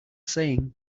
saying